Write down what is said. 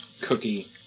cookie-